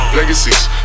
Legacies